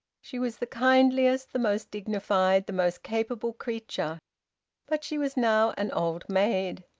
she was the kindliest, the most dignified, the most capable creature but she was now an old maid.